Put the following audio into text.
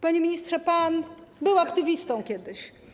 Panie ministrze, pan był aktywistą - kiedyś.